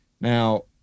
Now